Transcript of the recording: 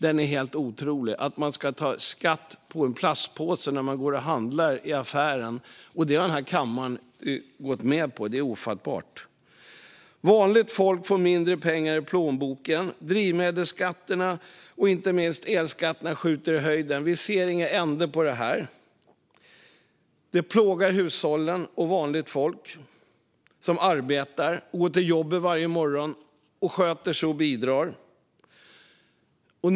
Den är helt otrolig - att man ska betala skatt på en plastpåse när man går och handlar i affären! Och det har den här kammaren gått med på. Det är ofattbart! Vanligt folk får mindre pengar i plånboken. Drivmedelsskatterna och inte minst elskatterna skjuter i höjden. Vi ser ingen ände på detta. Det plågar hushållen och vanligt folk som arbetar och går till jobbet varje morgon och sköter sig och bidrar.